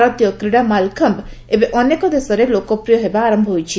ଭାରତୀୟ କ୍ରୀଡ଼ା ମାଲଖମ୍ୟ ଏବେ ଅନେକ ଦେଶରେ ଲୋକପ୍ରିୟ ହେବା ଆରମ୍ଭ କରିଛି